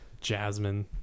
Jasmine